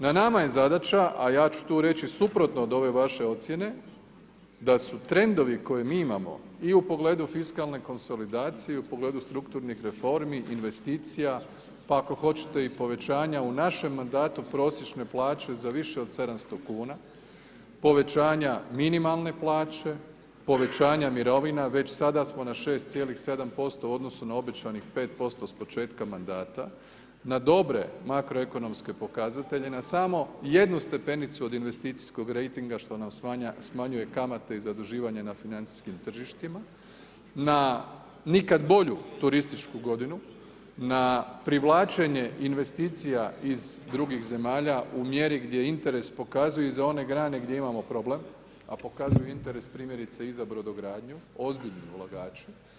Na nama je zadaća, a ja ću tu reći suprotno od ove vaše ocijene da su trendovi koje mi imamo i u pogledu fiskalne konsolidacije i u pogledu strukturnih reformi, investicija pa ako hoćete i povećanja u našem mandatu prosječne plaće za više od 700 kuna, povećanja minimalne plaće, povećanja mirovina već sada smo na 6,7% u odnosu na obećanih 5% s početka mandata, na dobre makroekonomske pokazatelje na samo jednu stepenicu od investicijskog rejtinga što nam smanjuje kamate i zaduživanje na financijskim tržištima, na nikad bolju turističku godinu, na privlačenje investicija iz drugih zemalja u mjeri gdje interes pokazuje i za one grane gdje imamo problem, a pokazuje interes i za brodogradnju ozbiljni ulagači.